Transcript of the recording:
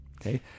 Okay